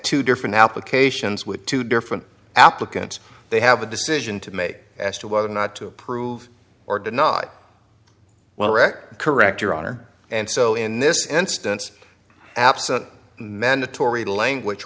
two different applications with two different applicants they have a decision to make as to whether or not to approve or deny well rick correct your honor and so in this instance absent mandatory language